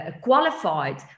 qualified